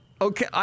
okay